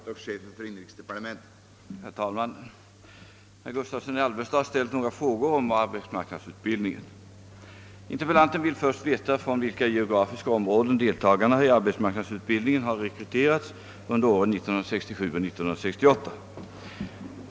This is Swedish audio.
Herr talman! Herr Gustavsson i Alvesta har ställt några frågor om arbetsmarknadsutbildningen. Interpellanten vill först veta från vilka geografiska områden deltagarna i arbetsmarknadsutbildningen har rekryterats under åren 1967 och 1968.